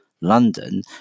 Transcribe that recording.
london